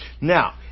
Now